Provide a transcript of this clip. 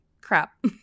crap